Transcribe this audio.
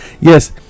yes